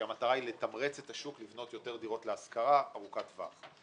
כי המטרה היא לתמרץ את השוק לבנות יותר דירות להשכרה ארוכת טווח.